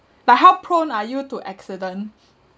like how prone are you to accident